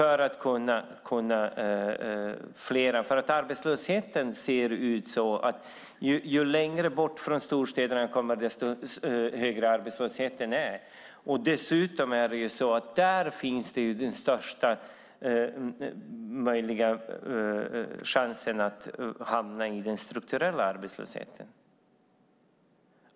Arbetslösheten ser ut så att ju längre bort från storstäderna man kommer, desto högre är arbetslösheten. Där är det dessutom så att där finns den största risken att hamna i den strukturella arbetslösheten.